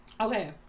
Okay